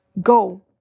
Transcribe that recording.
go